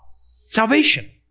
salvation